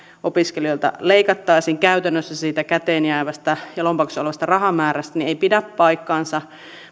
opiskelijoilta leikattaisiin käytännössä siitä käteenjäävästä ja lompakossa olevasta rahamäärästä eivät pidä paikkaansa